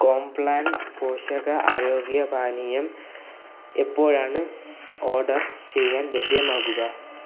കോംപ്ലാൻ പോഷക ആരോഗ്യ പാനീയം എപ്പോഴാണ് ഓർഡർ ചെയ്യാൻ ലഭ്യമാകുക